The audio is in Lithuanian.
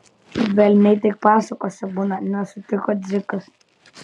velniai tik pasakose būna nesutiko dzikas